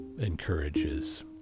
encourages